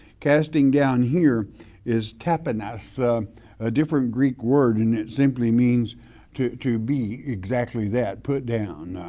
casting down here is tapping us a different greek word and it simply means to to be exactly that, put down.